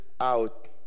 out